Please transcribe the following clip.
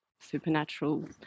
supernatural